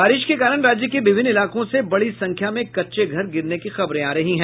बारिश के कारण राज्य के विभिन्न इलाकों से बड़ी संख्या में कच्चे घर गिरने की खबरें आ रही हैं